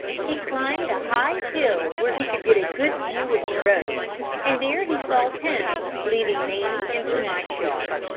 he climbed a high hill where he could get a good view of the road and there he saw tim leading nanny into mike's yard,